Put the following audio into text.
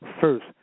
first